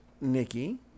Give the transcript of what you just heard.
Nikki